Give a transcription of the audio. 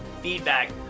feedback